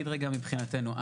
רגע מבחינתנו,